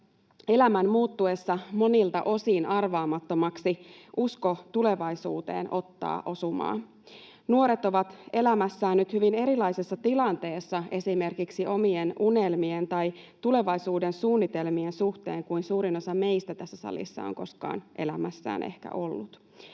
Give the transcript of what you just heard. elämän muuttuessa monilta osin arvaamattomaksi usko tulevaisuuteen ottaa osumaa. Nuoret ovat elämässään nyt hyvin erilaisessa tilanteessa esimerkiksi omien unelmien tai tulevaisuudensuunnitelmien suhteen kuin suurin osa meistä tässä salissa on koskaan elämässään ehkä ollut.